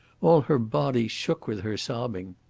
all her body shook with her sobbing.